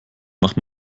macht